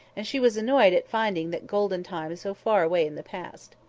and she was annoyed at finding that golden time so far away in the past.